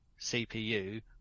cpu